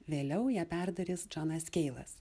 vėliau ją perdarys džonas keivas